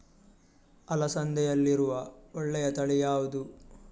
ಅಲಸಂದೆಯಲ್ಲಿರುವ ಒಳ್ಳೆಯ ತಳಿ ಯಾವ್ದು?